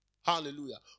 hallelujah